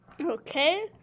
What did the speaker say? Okay